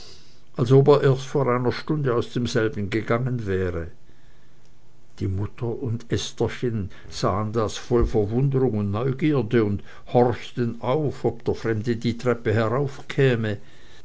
er erst vor einer stunde aus demselben gegangen wäre die mutter und estherchen sahen dies voll verwunderung und neugierde und horchten auf ob der fremde die treppe